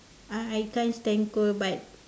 uh I can't stand cold but